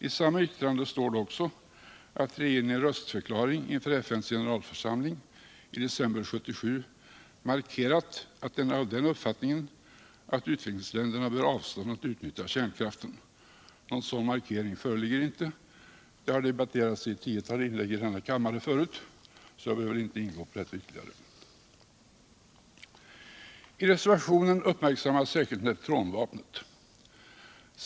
I samma yttrande står det också att regeringen ien röstförklaring inför FN:s gencralförsamling i december 1977 markerat att den är av den uppfattningen att utvecklingsländerna bör avstå från att utnyttja kärnkraften. Någon sådan markering föreligger inte. Detta har debatterats i ett tiotal inlägg i denna kammare tidigare, så jag behöver inte ingå på deua ytterligare. I reservationen uppmärksammas särskilt neutronvapnet.